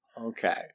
Okay